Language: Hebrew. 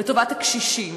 לטובת הקשישים,